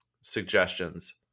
suggestions